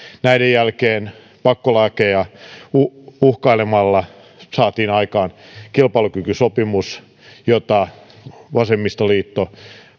näiden jälkeen pakkolaeilla uhkailemalla saatiin aikaan kilpailukykysopimus jota vasemmistoliitto